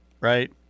Right